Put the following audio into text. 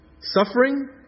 Suffering